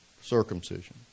circumcision